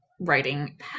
writing